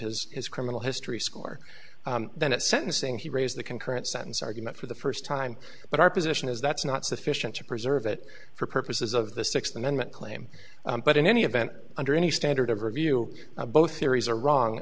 his his criminal history score that at sentencing he raised the concurrent sentence argument for the first time but our position is that's not sufficient to preserve it for purposes of the sixth amendment claim but in any event under any standard of review both theories are wrong